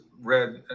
read